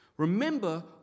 Remember